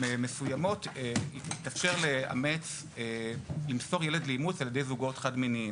מסוימות יתאפשר למסור ילד לאימוץ על ידי זוגות חד-מיניים.